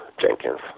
Jenkins